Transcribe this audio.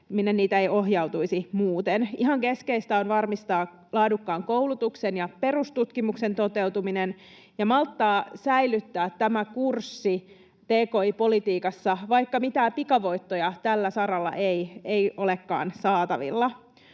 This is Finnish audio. kanssa ohjautuisi muuten. Ihan keskeistä on varmistaa laadukkaan koulutuksen ja perustutkimuksen toteutuminen ja malttaa säilyttää tämä kurssi tki-politiikassa, vaikka mitään pikavoittoja tällä saralla ei olekaan saatavilla.